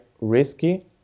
risky